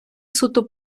суто